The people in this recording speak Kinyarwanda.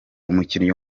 umukinnyi